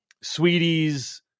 Sweetie's